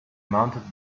mounted